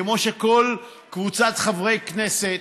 כמו שכל קבוצת חברי כנסת,